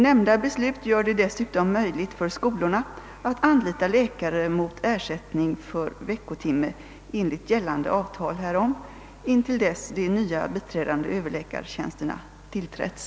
Nämnda beslut gör det dessutom möjligt för skolorna att anlita läkare mot ersättning för veckotimme enligt gällande avtal härom, intill dess de nya biträdande överläkartjänsterna tillträtts.